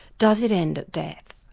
does it end at death?